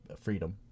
freedom